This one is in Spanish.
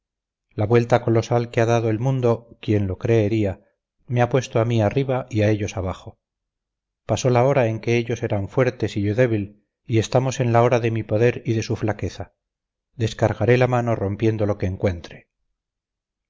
la vuelta colosal que ha dado el mundo quién lo creería me ha puesto a mí arriba y a ellos abajo pasó la hora en que ellos eran fuertes y yo débil y estamos en la hora de mi poder y de su flaqueza descargaré la mano rompiendo lo que encuentre